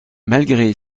malgré